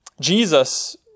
Jesus